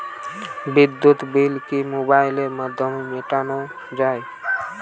বিদ্যুৎ বিল কি মোবাইলের মাধ্যমে মেটানো য়ায়?